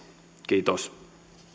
kiitos